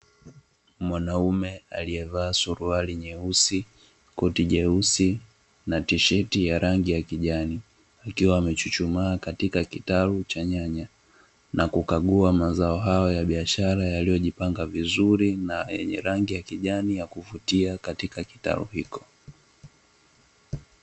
Mwanaume aliyevaa suruali nyeusi, koti jeusi na tisheti ya rangi ya kijani, akiwa amechuchumaa katika kitalu cha nyanya na kukagua mazao hayo ya biashara, yaliyojipanga vizuri na yenye rangi ya kijani ya kuvutia katika kitalu hiko.